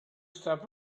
stood